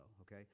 okay